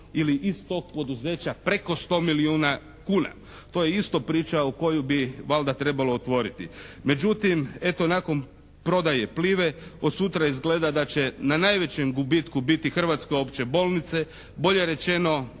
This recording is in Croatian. ili iz tog poduzeća preko 100 milijuna kuna. To je isto priča koju bi valjda trebalo otvoriti. Međutim eto nakon prodaje Plive od sutra izgleda da će na najvećem gubitku biti hrvatske opće bolnice, bolje rečeno